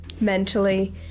mentally